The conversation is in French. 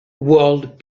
world